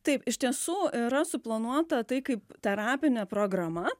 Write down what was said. taip iš tiesų yra suplanuota tai kaip terapinė programa